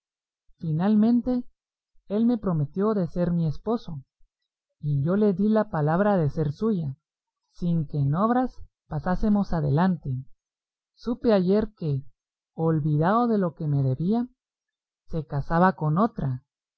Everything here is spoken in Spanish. finalmente él me prometió de ser mi esposo y yo le di la palabra de ser suya sin que en obras pasásemos adelante supe ayer que olvidado de lo que me debía se casaba con otra